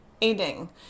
eating